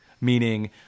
meaning